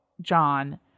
John